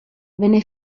venne